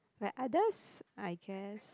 like others I guess